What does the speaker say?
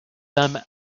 them